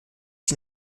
die